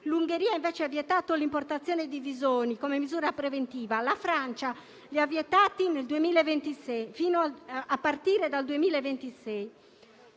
l'Ungheria invece ha vietato l'importazione di visoni come misura preventiva; la Francia li ha vietati a partire dal 2026.